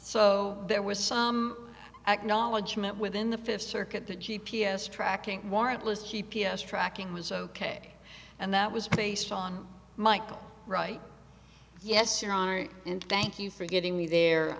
so there was some acknowledgement within the fifth circuit the g p s tracking warrantless g p s tracking was ok and that was based on michael right yes your honor and thank you for getting me there